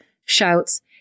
shouts